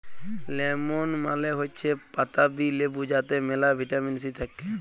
lemon মালে হৈচ্যে পাতাবি লেবু যাতে মেলা ভিটামিন সি থাক্যে